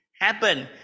happen